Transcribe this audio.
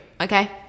okay